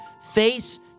face